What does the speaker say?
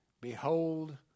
Behold